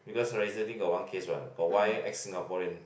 because recently got one case what got one ex Singaporean